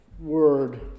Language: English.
word